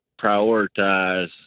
prioritize